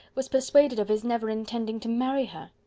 was persuaded of his never intending to marry her.